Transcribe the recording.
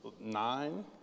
nine